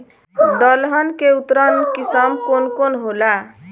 दलहन के उन्नत किस्म कौन कौनहोला?